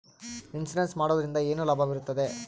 Insurance ಮಾಡೋದ್ರಿಂದ ಏನು ಲಾಭವಿರುತ್ತದೆ?